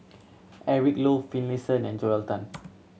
Eric Low Finlayson and Joel Tan